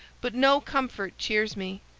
but no comfort cheers me,